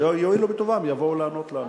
שיואילו בטובם ויבואו לענות לנו.